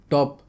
Top